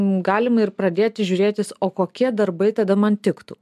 galima ir pradėti žiūrėtis o kokie darbai tada man tiktų